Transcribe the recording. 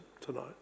tonight